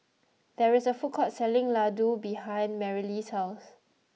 there is a food court selling Ladoo behind Merrilee's house